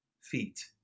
feet